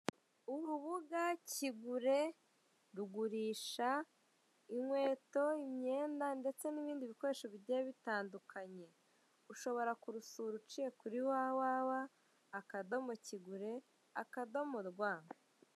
urubga kigure rugurisha inkweto, imyenda ndetse n'ibindi bikoresho bigiye bitandukanye, ushobora kurusura unyuze kuri wa wa wa akadomo kigure akadomo rwa.